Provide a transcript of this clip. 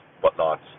whatnots